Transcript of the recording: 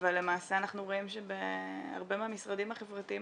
אבל למעשה אנחנו רואים שלמעשה בהרבה המשרדים החברתיים